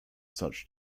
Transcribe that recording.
such